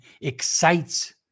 excites